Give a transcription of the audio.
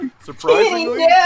Surprisingly